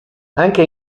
anche